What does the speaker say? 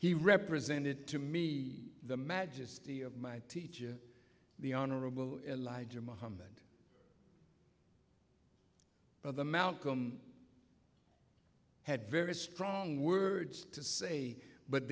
he represented to me the majesty of my teacher the honorable elijah muhammad of the malcolm had very strong words to say but